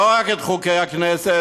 לא רק את חוקי הכנסת,